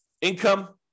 Income